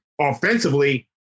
offensively